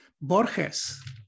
Borges